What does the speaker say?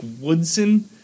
Woodson